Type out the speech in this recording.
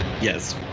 Yes